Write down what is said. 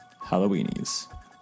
Halloweenies